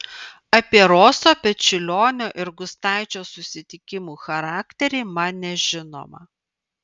apie roso pečiulionio ir gustaičio susitikimų charakterį man nežinoma